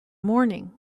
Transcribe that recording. morning